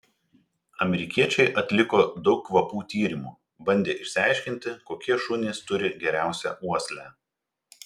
amerikiečiai atliko daug kvapų tyrimų bandė išsiaiškinti kokie šunys turi geriausią uoslę